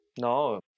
No